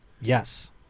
yes